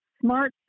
smart